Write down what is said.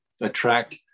attract